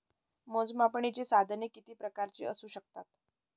मोजमापनाची साधने किती प्रकारची असू शकतात?